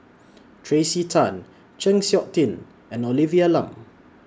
Tracey Tan Chng Seok Tin and Olivia Lum